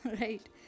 right